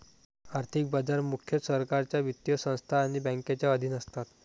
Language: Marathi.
आर्थिक बाजार मुख्यतः सरकारच्या वित्तीय संस्था आणि बँकांच्या अधीन असतात